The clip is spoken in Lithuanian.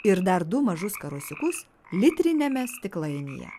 ir dar du mažus karosiukus litriniame stiklainyje